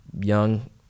young